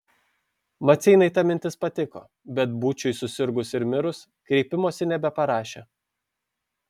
maceinai ta mintis patiko bet būčiui susirgus ir mirus kreipimosi nebeparašė